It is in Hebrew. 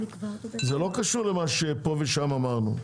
כל